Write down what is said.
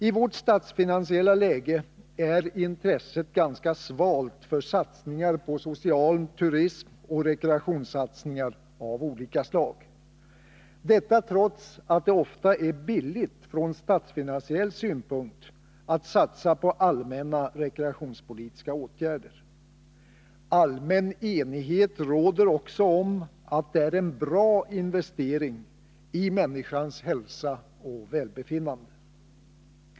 I vårt statsfinansiella läge är intresset ganska svalt för satsningar på social turism och rekreationssatsningar av olika slag, detta trots att det ofta är billigt från statsfinansiell synpunkt att satsa på allmänna rekreationspolitiska åtgärder. Allmän enighet råder också om att det är en bra investering i människans hälsa och välbefinnande.